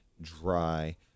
dry